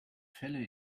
fälle